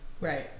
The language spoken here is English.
right